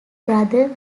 brother